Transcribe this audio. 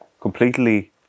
completely